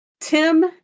Tim